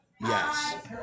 Yes